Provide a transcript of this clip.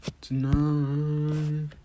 tonight